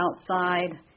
outside